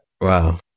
Wow